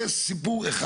זה סיפור אחד.